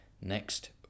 next